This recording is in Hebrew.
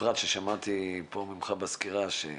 בפרט כששמעתי פה ממך בסקירה,